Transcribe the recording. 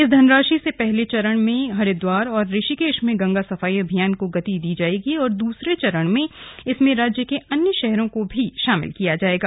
इस धनराशि से पहले चरण में हरिद्वार और ऋषिकेश में गंगा सफाई अभियान को गति दी जाएगी और दूसरे चरण में इसमें राज्य के अन्य शहरों को भी शामिल किया जाएगा